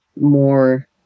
more